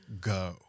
go